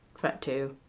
fret two.